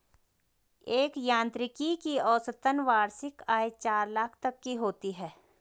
एक यांत्रिकी की औसतन वार्षिक आय चार लाख तक की होती है